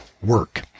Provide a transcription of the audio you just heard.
work